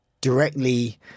directly